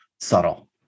subtle